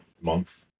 month